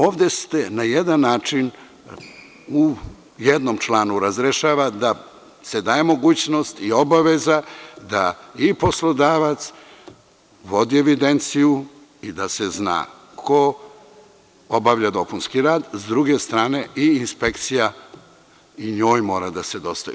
Ovde se na jedan način, u jednom članu razrešava mogućnost i obaveza da poslodavac vodi evidenciju i da se zna ko obavlja dopunski rad, a sa druge strane i inspekciji mora da se dostavi.